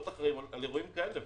להיות אחראים על אירועים כאלה,